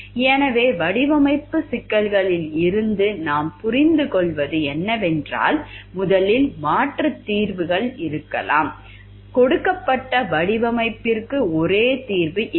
எனவே வடிவமைப்புச் சிக்கல்களில் இருந்து நாம் புரிந்துகொள்வது என்னவென்றால் முதலில் மாற்றுத் தீர்வுகள் இருக்கலாம் கொடுக்கப்பட்ட வடிவமைப்பிற்கு ஒரே தீர்வு இல்லை